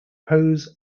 propose